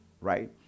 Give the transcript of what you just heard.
right